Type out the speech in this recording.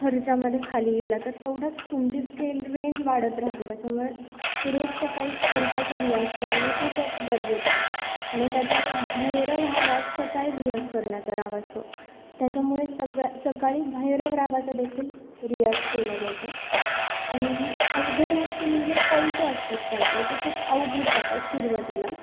खर्चामधे खाली गेला तर तेवढाच तुमची स्केल रेंज वाढत राहते त्याच्यामुळे रोज सकाळी खर्चाचा रियाज करणं खूपच गरजेचं आहे आणि त्यातल्यात्यात भैरव हा राग सकाळी रियाज करण्याचा राग असतो त्याच्यामुळे सगळा सकाळी भैरव रागाचादेखील रियाज केला जातो आणि ही अवघड गोष्टी म्हणजे पलटे असतात काही काही जे खूप अवघड जातात सुरवातीला खूप